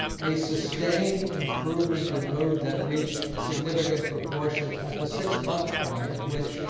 a sustained improvement in mood that reached a significant proportion at the six month point which,